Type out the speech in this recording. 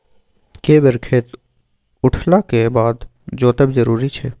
के बेर खेत उठला के बाद जोतब जरूरी छै?